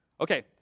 Okay